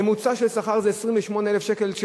ממוצע השכר של פקיד בבנק הוא 28,000 שקל,